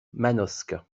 manosque